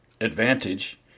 advantage